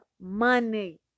money